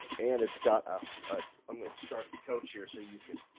and it's got ah ah i'm going to start the coach here so you know